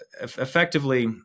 effectively